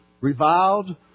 Reviled